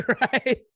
Right